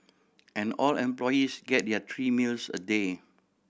and all employees get there three meals a day